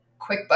QuickBooks